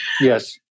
Yes